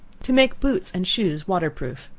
to make boots and shoes water-proof.